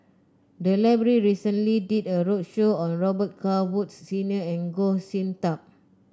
the library recently did a roadshow on Robet Carr Woods Senior and Goh Sin Tub